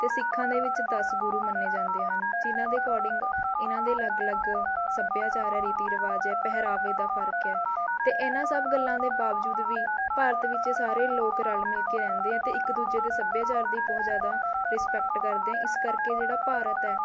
ਅਤੇ ਸਿੱਖਾਂ ਦੇ ਵਿੱਚ ਦਸ ਗੁਰੂ ਮੰਨੇ ਜਾਂਦੇ ਹਨ ਜਿੰਨ੍ਹਾਂ ਦੇ ਅਕੋਡਿੰਗ ਇਹਨਾਂ ਦੇ ਅਲੱਗ ਅਲੱਗ ਸੱਭਿਆਚਾਰ ਹੈ ਰੀਤੀ ਰਿਵਾਜ਼ ਹੈ ਪਹਿਰਾਵੇ ਦਾ ਫ਼ਰਕ ਹੈ ਅਤੇ ਇਹਨਾਂ ਸਭ ਗੱਲਾਂ ਦੇ ਬਾਵਜੂਦ ਵੀ ਭਾਰਤ ਵਿੱਚ ਸਾਰੇ ਲੋਕ ਰਲ਼ ਮਿਲਕੇ ਰਹਿੰਦੇ ਹੈ ਅਤੇ ਇੱਕ ਦੂਜੇ ਦੇ ਸੱਭਿਆਚਾਰ ਦੀ ਬਹੁਤ ਜ਼ਿਆਦਾ ਰਿਸਪੈਕਟ ਕਰਦੇ ਐਂ ਇਸ ਕਰਕੇ ਜਿਹੜਾ ਭਾਰਤ ਹੈ